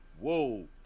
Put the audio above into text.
whoa